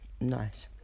Nice